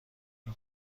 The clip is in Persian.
این